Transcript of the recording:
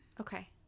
Okay